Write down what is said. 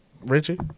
Richie